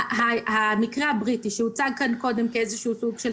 המקרה הבריטי שהוצג כאן קודם כאיזשהו סוג של